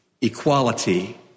equality